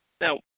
Now